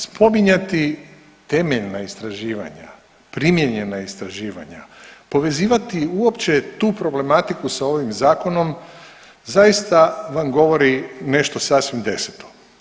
Spominjati temeljna istraživanja, primijenjena istraživanja, povezivati uopće tu problematiku sa ovim Zakonom zaista vam govori nešto sasvim deseto.